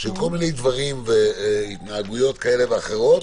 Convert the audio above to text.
שיש שם כל מיני דברים והתנהגויות כאלה ואחרות